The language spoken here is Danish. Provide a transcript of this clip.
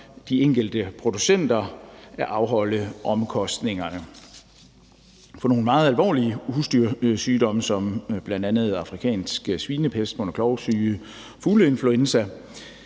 de enkelte producenter at afholde omkostningerne. For nogle meget alvorlige husdyrsygdomme som bl.a. afrikansk svinepest, mund- og klovsyge og fugleinfluenza